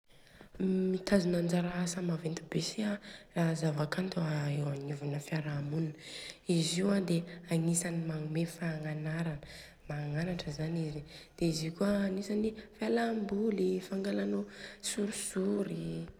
Mitazona anjara asa maventy be si an zava-kanto eo agnivona fiaharamonina. Izy Io an de agnisany magnome fagnanara. Magnatra zany izy. De izy Io kôa an agnisany fialamboly i, fangalanô sorisory i.